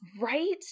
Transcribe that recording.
Right